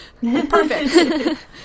Perfect